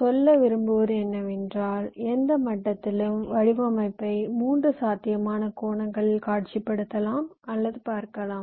சொல்ல விரும்புவது என்னவென்றால் எந்த மட்டத்திலும் வடிவமைப்பை 3 சாத்தியமான கோணங்களில் காட்சிப்படுத்தலாம் அல்லது பார்க்கலாம்